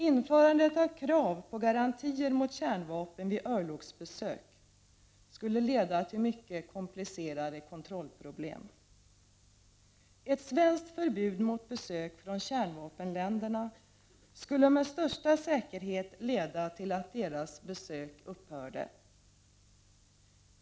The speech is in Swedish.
Införandet av krav på garantier mot kärnvapen vid örlogsbesök skulle leda till mycket komplicerade kontrollproblem. Ett svenskt förbud mot besök från kärnvapenländerna skulle med största säkerhet leda till att deras besök upphörde.